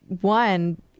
one